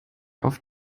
auf